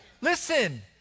listen